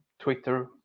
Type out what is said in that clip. Twitter